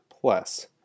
plus